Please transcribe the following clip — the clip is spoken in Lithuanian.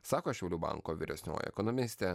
sako šiaulių banko vyresnioji ekonomistė